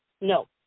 no